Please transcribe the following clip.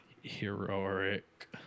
Heroic